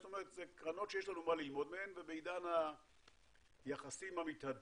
זאת אומרת אלה קרנות שיש לנו מה ללמוד מהן ובעידן היחסים המתהדקים,